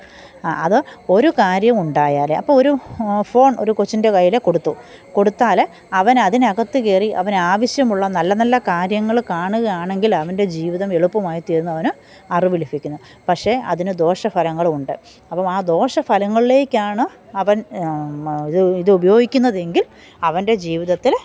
ആ അത് ഒരു കാര്യം ഉണ്ടായാൽ അപ്പം ഒരു ഫോണ് ഒരു കൊച്ചിന്റെ കയ്യിൽ കൊടുത്തു കൊടുത്താൽ അവൻ അതിനകത്ത് കയറി അവന് ആവശ്യമുള്ള നല്ല നല്ല കാര്യങ്ങൾ കാണുകയാണെങ്കിൽ അവന്റെ ജീവിതം എളുപ്പമായി തീർന്ന് അവന് അറിവ് ലഭിക്കുന്നു പക്ഷേ അതിന് ദോഷഫലങ്ങളും ഉണ്ട് അപ്പം ആ ദോഷഫലങ്ങളിലേക്കാണ് അവന് മ ഇത് ഇത് ഉപയോഗിക്കുന്നതെങ്കില് അവന്റെ ജീവിതത്തിൽ